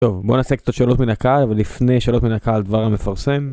טוב, בוא נעשה קצת שאלות מן הקהל ולפני שאלות מן הקהל דבר המפרסם.